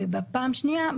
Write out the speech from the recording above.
ופעם שנייה,